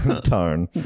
tone